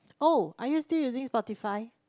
oh are you still using Spotify